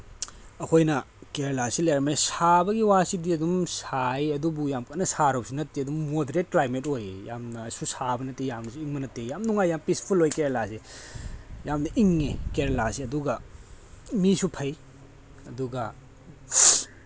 ꯑꯩꯈꯣꯏꯅ ꯀꯦꯔꯦꯂꯥꯁꯤ ꯂꯩꯔꯝꯃꯦ ꯁꯥꯕꯒꯤ ꯋꯥꯁꯤꯗꯤ ꯑꯗꯨꯝ ꯁꯥꯏ ꯑꯗꯨꯕꯨ ꯌꯥꯝ ꯀꯥꯟꯅ ꯁꯥꯔꯨꯕꯁꯨ ꯅꯠꯇꯦ ꯑꯗꯨꯝ ꯃꯣꯗꯔꯦꯠ ꯀ꯭ꯂꯥꯏꯃꯦꯠ ꯑꯣꯏꯑꯦ ꯌꯥꯝꯅꯁꯨ ꯁꯥꯕ ꯅꯠꯇꯦ ꯌꯥꯝꯅꯁꯨ ꯏꯪꯕ ꯅꯠꯇꯦ ꯌꯥꯝ ꯅꯨꯡꯉꯥꯏ ꯌꯥꯝ ꯄꯤꯁꯐꯨꯜ ꯑꯣꯏ ꯀꯦꯔꯦꯂꯥꯁꯦ ꯌꯥꯝꯅ ꯏꯪꯏ ꯀꯦꯔꯦꯂꯥꯁꯦ ꯑꯗꯨꯒ ꯃꯤꯁꯨ ꯐꯩ ꯑꯗꯨꯒ